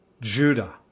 Judah